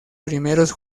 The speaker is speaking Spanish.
primeros